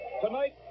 Tonight